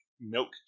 milk